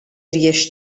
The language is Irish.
dheis